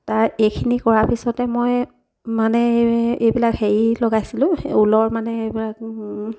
তাৰ এইখিনি কৰাৰ পিছতে মই মানে এইবিলাক হেৰি লগাইছিলোঁ ঊলৰ মানে এইবিলাক